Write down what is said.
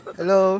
Hello